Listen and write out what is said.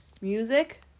music